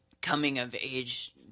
coming-of-age